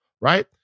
right